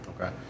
Okay